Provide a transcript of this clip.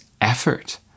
effort